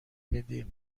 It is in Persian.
میدی